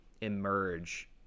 emerge